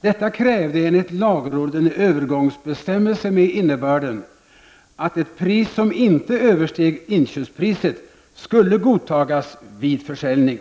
Detta krävde enligt lagrådet en övergångsbestämmelse med innebörden, att ett pris som inte översteg inköpspriset skulle godtagas vid försäljning.